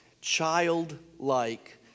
childlike